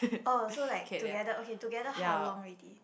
oh so like together okay together how long already